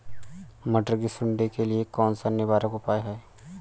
मटर की सुंडी के लिए कौन सा निवारक उपाय है?